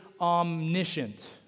omniscient